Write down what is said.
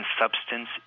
substance